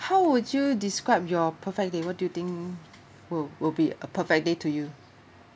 how would you describe your perfect day what do you think will will be a perfect day to you